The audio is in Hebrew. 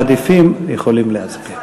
אלא מעדיפים דיון